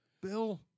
bill